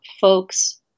folks